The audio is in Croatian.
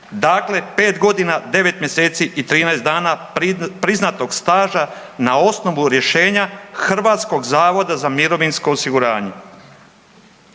Dakle, 5 godine, 9 mjeseci i 13 dana priznatog staža na osnovu rješenja Hrvatskog zavoda za mirovinsko osiguranje.